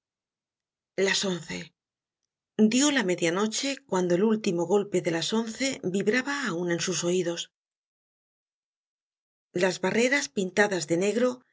las once dio la media noche cuando el último golpe de las once vibraba aun en sus oidos las barreras pintadas de negro